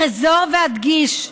אחזור ואדגיש: